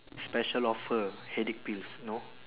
special offer headache pills no